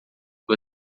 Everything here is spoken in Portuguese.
que